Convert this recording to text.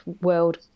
world